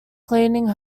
cleaning